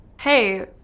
Hey